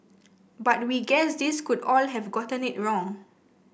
but we guess these could all have gotten it wrong